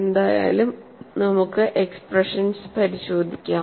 എന്തായാലും നമുക്ക് എക്സ്പ്രഷൻസ് പരിശോധിക്കാം